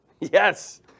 Yes